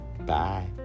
bye